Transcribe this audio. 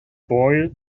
boy